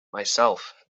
myself